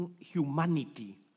humanity